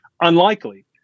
unlikely